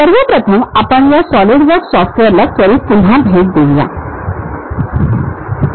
सर्व प्रथम आपण या सॉलिडवर्क्स सॉफ्टवेअरला त्वरीत पुन्हा भेट देऊ या